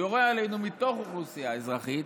יורה עלינו מתוך אוכלוסייה אזרחית,